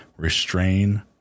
restrain